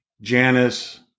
Janice